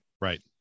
Right